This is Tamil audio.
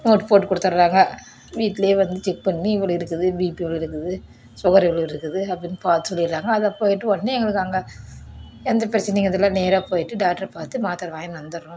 நோட்டு போட்டு கொடுத்தர்றாங்க வீட்லையே வந்து செக் பண்ணி இவ்வளோ இருக்குது பிபி இவ்வளோ இருக்குது சுகர் இவ்வளோ இருக்குது அப்படின்னு பார்த்து சொல்லிர்றாங்க அதை போயிவிட்டு உடனே எங்களுக்கு அங்கே எந்த பிரச்சனையும் இருக்கறதில்லை நேராப் போயிவிட்டு டாக்டரை பார்த்து மாத்திர வாங்கின்னு வந்தர்றோம்